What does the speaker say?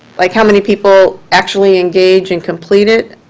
like, how many people actually engage and complete it?